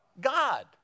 God